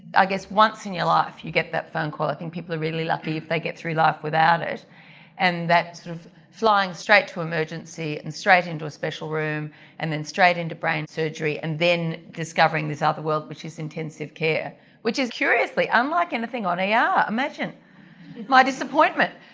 i guess once in your life you get that phone call, i think people are really lucky if they get through life without it and that sort of flying straight to emergency, and straight into a special room and then straight into brain surgery and then discovering this other world which is intensive care which is curiously unlike anything on er. yeah imagine my disappointment,